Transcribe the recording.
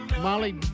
Molly